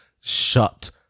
shut